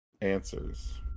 answers